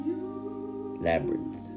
Labyrinth